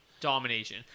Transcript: Domination